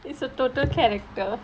is a total character